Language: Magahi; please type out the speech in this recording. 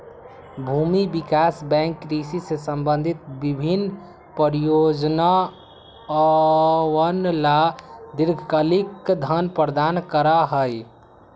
भूमि विकास बैंक कृषि से संबंधित विभिन्न परियोजनअवन ला दीर्घकालिक धन प्रदान करा हई